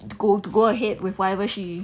to go to go ahead with whatever she